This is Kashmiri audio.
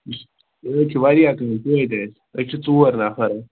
یہِ حظ چھِ واریاہ کَم توتہٕ حظ أسۍ چھِ ژور نَفَر حظ